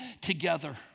together